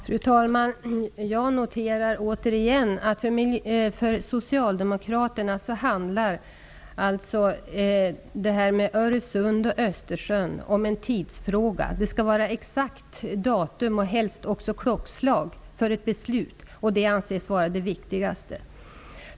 Fru talman! Jag noterar återigen att detta med Öresund och Östersjön för Socialdemokraterna är en tidsfråga. Det skall vara exakt datum för ett beslut, helst också klockslag, och det anses vara det viktigaste.